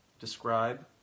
describe